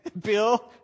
Bill